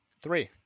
Three